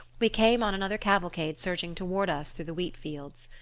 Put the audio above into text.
we came on another cavalcade surging toward us through the wheat-fields.